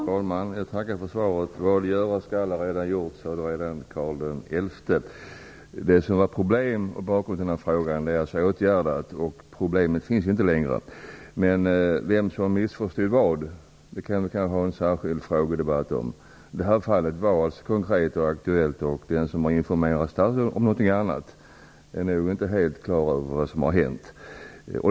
Fru talman! Jag tackar för svaret. Vad göras skall är redan gjort, sade redan Karl XI. Det problem som låg bakom denna fråga är åtgärdat och finns inte längre, men vem som missförstod vad kunde vi kanske ha en särskild debatt om. Det gällde ett konkret och aktuellt fall, och den som informerat statsrådet i någon annan riktning är nog inte helt klar över vad som har hänt.